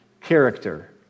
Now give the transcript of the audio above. character